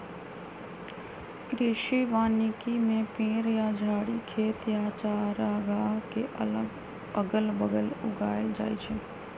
कृषि वानिकी में पेड़ या झाड़ी खेत या चारागाह के अगल बगल उगाएल जाई छई